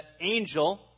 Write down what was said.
angel